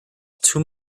too